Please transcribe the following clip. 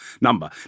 number